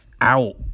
Out